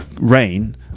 rain